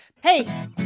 Hey